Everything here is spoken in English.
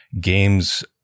games